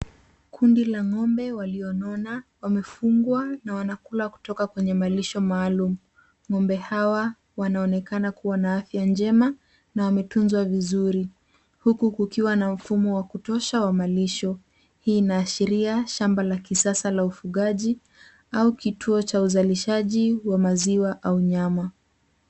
Kundi la ng'ombe walio nona wamefungwa na wanakula kutoka kwenye malishoni maalum. Ng'ombe hawa wanaonekana kuwa na afya njema na wametunzwa vizuri huku kukiwa na mfumo wa kutosha wa malisho. Hii inaashiria shamba la kisasa la ufugaji au kituo cha uzalishaji cha maziwa au nyama.